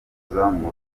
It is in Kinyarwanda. kuzamura